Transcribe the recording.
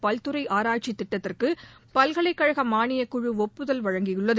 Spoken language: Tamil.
பல்துறை ஆராய்ச்சித் திட்டத்திற்கு பல்கலைக் கழக மானியக் குழு ஒப்புதல் அளித்துள்ளது